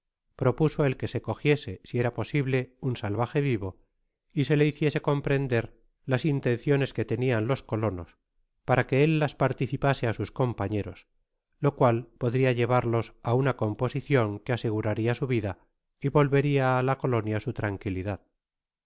propuso el que se cogiese si era posible iro salvaje vivo y se id hiciese comprender las intenciones que tenian los colonos para que él las participase á sos companeros lo cual podria llevarlos á una composicion que aseguraria su vida y volveria á la colonia su tranquilidad